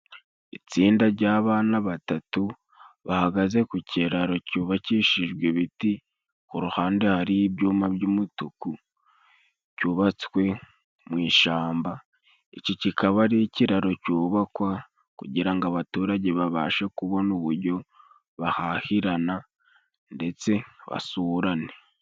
Itsinda jy'abana batatu bahagaze ku kiraro cyubakishijwe ibiti, ku ruhande hari ibyuma by'umutuku byubatswe mu ishyamba. Iki kikaba ari ikiraro cyubakwa kugira ngo abaturage babashe kubona uburyo bahahirana ndetse basurane.